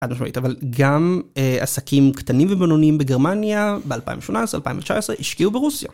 אבל גם עסקים קטנים ובנונים בגרמניה ב-2012-2019 השקיעו ברוסיה.